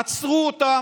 ועצרו אותן.